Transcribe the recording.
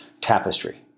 tapestry